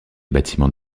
bâtiments